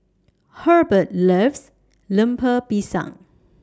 Hurbert loves Lemper Pisang